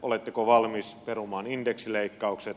oletteko valmis perumaan indeksileikkaukset